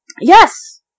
Yes